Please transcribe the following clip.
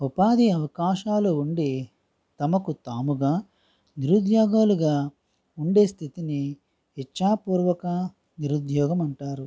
ఉపాధి అవకాశాలు ఉండి తమకు తాముగా నిరుద్యోగులుగా ఉండే స్థితిని ఇచ్చాపూర్వక నిరుద్యోగం అంటారు